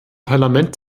parlament